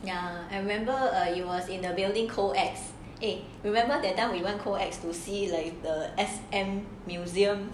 I remember that time was in a building coex eh remember that time we went to see like the S_M museum